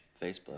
Facebook